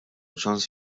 ċans